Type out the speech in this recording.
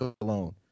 Alone